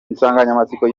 insanganyamatsiko